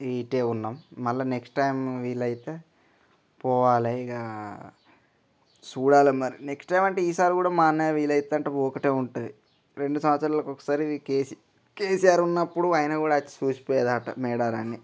ఇటు ఉన్నాం మరల నెక్స్ట్ టైం వీలైతే పోవాలే ఇక చూడాలి మరి నెక్స్ట్ టైం అంటే ఈసారి కూడా మా అన్నయ్య వీలైతుంది అంటే ఒకటి ఉంటుంది రెండు సంవత్సరాలకు ఒకసారి కేసీఆర్ కేసీఆర్ ఉన్నప్పుడు ఆయన కూడా వచ్చి చూసి పోయేదంట మేడారాన్ని